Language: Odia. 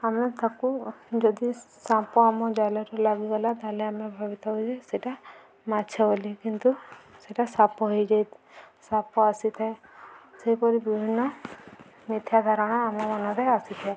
ଆମେ ତାକୁ ଯଦି ସାପ ଆମ ଜାଲରୁ ଲାଗିଗଲା ତାହେଲେ ଆମେ ଭାବିଥାଉ ଯେ ସେଇଟା ମାଛ ବୋଲି କିନ୍ତୁ ସେଇଟା ସାପ ହେଇଯାଇଥାଏ ସାପ ଆସିଥାଏ ସେହିପରି ବିଭିନ୍ନ ମିଥ୍ୟା ଧାରଣା ଆମ ମନରେ ଆସିଥାଏ